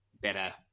better